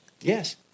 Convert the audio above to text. Yes